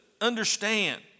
understand